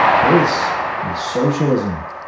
this is socialism.